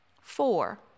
Four